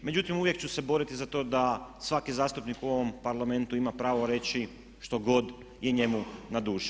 Međutim uvijek ću se boriti za to da svaki zastupnik u ovom Parlamentu ima pravo reći što god je njemu na duši.